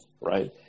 right